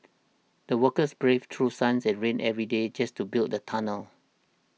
the workers braved through suns and rain every day just to build the tunnel